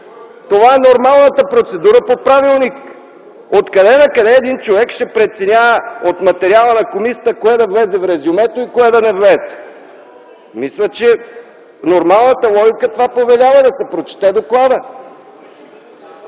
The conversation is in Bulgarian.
Това е нормалната процедура по правилник. Откъде накъде един човек ще преценява от материала на комисията кое да влезе в резюмето и кое да не влезе?! Мисля, че нормалната логика това повелява – да се прочете докладът.